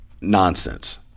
nonsense